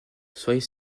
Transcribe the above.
soyez